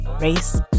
race